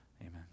amen